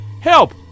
Help